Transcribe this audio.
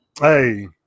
Hey